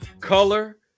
color